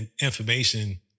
information